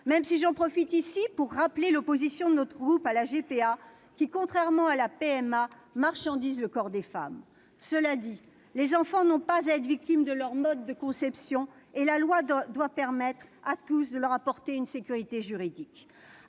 J'en profite ici pour rappeler l'opposition de notre groupe à la GPA, qui, contrairement à la PMA, marchandise le corps des femmes. Cela dit, les enfants n'ont pas à être victimes de leur mode de conception et la loi doit permettre de leur apporter à tous une sécurité juridique.